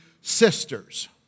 sisters